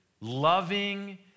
loving